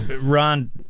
Ron